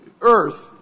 earth